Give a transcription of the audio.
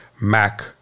mac